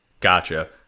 Gotcha